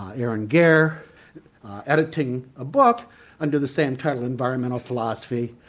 ah aaron gare editing a book under the same title environmental philosophy,